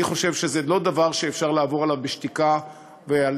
אני חושב שזה לא דבר שאפשר לעבור עליו בשתיקה ולסדר-היום.